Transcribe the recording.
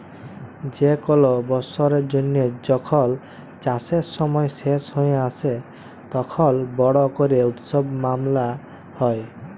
যে কল বসরের জ্যানহে যখল চাষের সময় শেষ হঁয়ে আসে, তখল বড় ক্যরে উৎসব মালাল হ্যয়